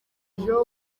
umuntu